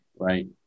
Right